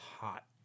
hot